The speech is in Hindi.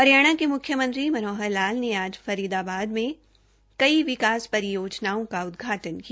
हरियाणा के मुख्यमंत्री मनोहर लाल ने आज फरीदाबाद में कई परियोजनाओं का उदघाटन किया